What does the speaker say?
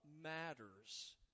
matters